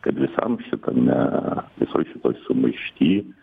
kad visam šitame visoj šitoj sumaišty